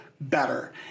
better